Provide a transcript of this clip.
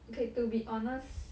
okay to be honest